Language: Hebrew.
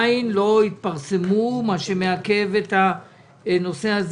מה שמעכב את הנושא.